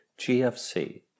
GFC